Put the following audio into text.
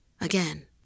again